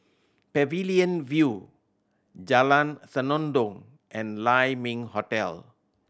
Pavilion View Jalan Senandong and Lai Ming Hotel